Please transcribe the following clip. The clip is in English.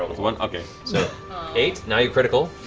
a one, okay, so eight. now your critical.